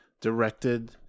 directed